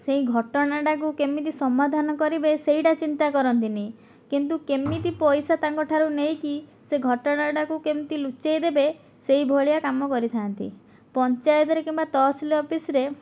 ସେହି ଘଟଣାଟାକୁ କେମିତି ସମାଧାନ କରିବେ ସେଇଟା ଚିନ୍ତା କରନ୍ତିନି କିନ୍ତୁ କେମିତି ପଇସା ତାଙ୍କଠାରୁ ନେଇକି ସେ ଘଟଣାଟାକୁ କେମିତି ଲୁଚାଇଦେବେ ସେହି ଭଳିଆ କାମ କରିଥାନ୍ତି ପଞ୍ଚାୟତରେ କିମ୍ବା ତହସିଲ ଅଫିସ୍ରେ